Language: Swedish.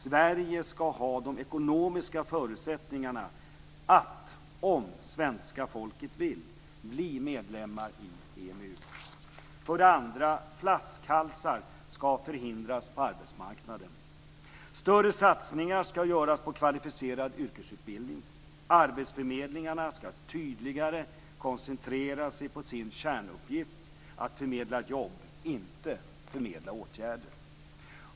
Sverige skall ha de ekonomiska förutsättningarna att - om svenska folket vill - bli medlem i EMU. 2. Flaskhalsar skall förhindras på arbetsmarknaden. Större satsningar skall göras på kvalificerad yrkesutbildning. Arbetsförmedlingarna skall tydligare koncentrera sig på sin kärnuppgift att förmedla jobb, inte åtgärder.